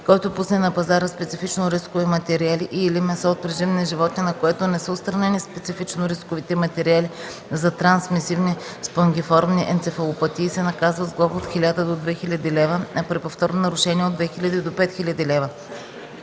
Който пусне на пазара специфично рискови материали и/или месо от преживни животни, на което не са отстранени специфично рисковите материали за трансмисивни спонгиформни енцефалопатии, се наказва с глоба от 1000 до 2000 лв., а при повторно нарушение – от 2000 до 5000 лв.